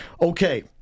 Okay